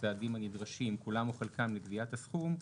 הצעדים הנדרשים כולם או חלקם לגביית הסכום,